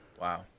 Wow